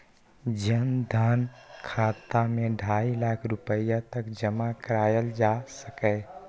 जन धन खाता मे ढाइ लाख रुपैया तक जमा कराएल जा सकैए